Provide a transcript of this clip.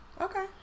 Okay